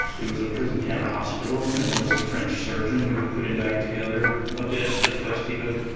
it was a prison camp hospital and there was a french surgeon who put him back together a bit as best he could.